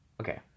okay